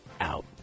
out